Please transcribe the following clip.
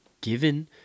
given